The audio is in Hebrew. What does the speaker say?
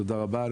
תודה רבה.